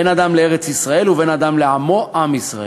בין אדם לארץ-ישראל ובין אדם לעמו, עם ישראל.